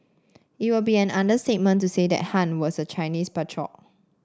it would be an understatement to say that Han was a Chinese patriot